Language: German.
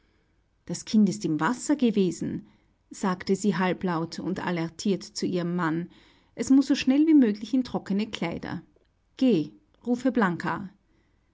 das kind ist im wasser gewesen sagte sie halblaut und alteriert zu ihrem mann es muß so schnell wie möglich in trockene kleider geh rufe blanka